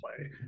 play